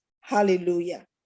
hallelujah